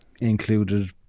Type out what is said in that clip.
included